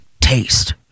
taste